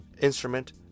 instrument